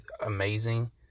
amazing